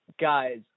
guys